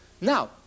Now